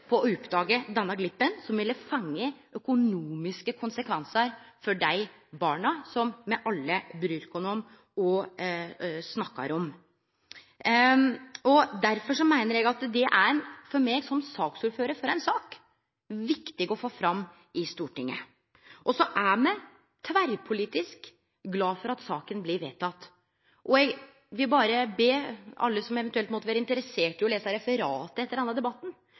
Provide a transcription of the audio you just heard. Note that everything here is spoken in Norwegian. på å oppdage glippen som ville fått økonomiske konsekvensar for dei barna som me alle bryr oss om og snakkar om. Derfor meiner eg at det er viktig å få fram i Stortinget for meg som saksordførar. Så er me tverrpolitisk glade for at saka blir vedteken. Eg vil be alle som eventuelt måtte vere interesserte, om å lese referatet etter denne debatten